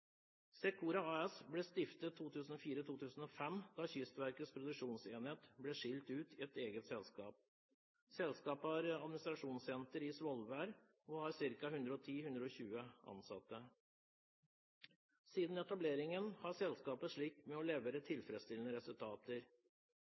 Secora AS ble stiftet 2004/2005, da Kystverkets produksjonsenhet ble skilt ut i eget selskap. Selskapet har administrasjonssenter i Svolvær og har ca. 110–120 ansatte. Siden etableringen har selskapet slitt med å levere tilfredsstillende resultater. Ved behandling av Prop. 83 S for 2010–2011 fikk regjeringen fullmakt til